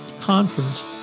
conference